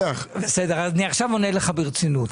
עונה לך ברצינות.